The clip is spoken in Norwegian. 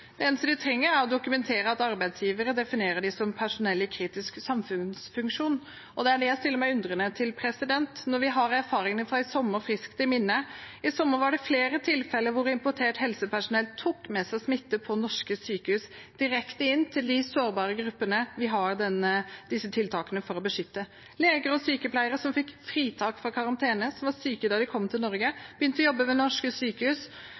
Det eneste de trenger, er å dokumentere at arbeidsgivere definerer dem som personell i kritisk samfunnsfunksjon. Det er det jeg stiller meg undrende til, når vi har erfaringene fra i sommer friskt i minne. I sommer var det flere tilfeller hvor importert helsepersonell tok med seg smitte til norske sykehus, direkte inn til de sårbare gruppene vi har disse tiltakene for å beskytte. Leger og sykepleiere som fikk fritak fra karantene, som var syke da de kom til Norge, begynte å jobbe ved norske sykehus,